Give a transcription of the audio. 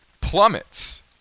plummets